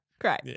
great